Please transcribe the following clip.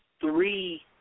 three